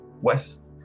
west